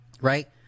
Right